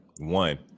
One